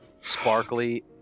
sparkly